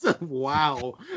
Wow